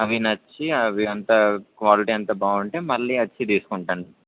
అవి నచ్చి అవి అంత క్వాలిటీ అంతా బాగుంటే మళ్ళీ వచ్చి తీసుకుంటాను